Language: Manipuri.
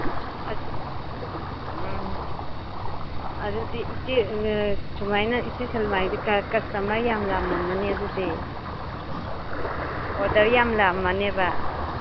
ꯎꯝ ꯑꯗꯨꯗꯤ ꯏꯆꯦ ꯁꯨꯃꯥꯏꯅ ꯏꯆꯦ ꯁꯜꯃꯥꯒꯤꯗꯤ ꯀꯁꯇꯃꯔ ꯌꯥꯝ ꯌꯥꯝꯂꯝꯃꯅꯤ ꯑꯗꯨꯗꯤ ꯑꯣꯔꯗꯔ ꯌꯥꯝ ꯂꯥꯛꯑꯝꯃꯅꯦꯕ